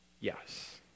yes